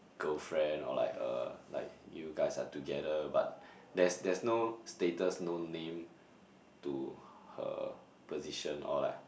girlfriend or like a like you guys are together but there's there's no status no name to her position or like